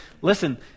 listen